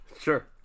Sure